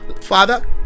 Father